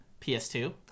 PS2